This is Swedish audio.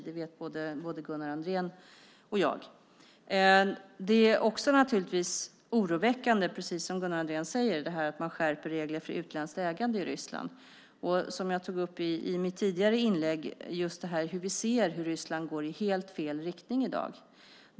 Det vet både Gunnar Andrén och jag. Det är oroväckande - precis som Gunnar Andrén säger - att man skärper regler för utländskt ägande i Ryssland. Jag tog upp i mitt tidigare inlägg hur vi ser att Ryssland går i helt fel riktning i dag.